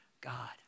God